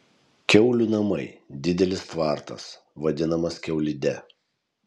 kiaulių namai didelis tvartas vadinamas kiaulide